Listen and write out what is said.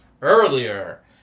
earlier